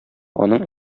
аның